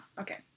okay